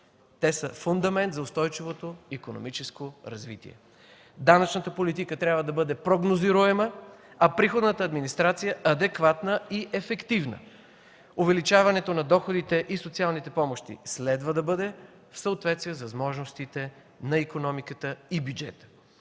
Те са фундамент за устойчивото икономическо развитие. Данъчната политика трябва да бъде прогнозируема, а приходната администрация – адекватна и ефективна. Увеличаването на доходите и социалните помощи следва да бъде в съответствие с възможностите на икономиката и бюджета.